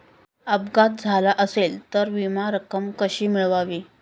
अपघात झाला असेल तर विमा रक्कम कशी मिळवावी?